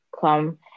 come